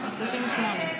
לא נקלט לי.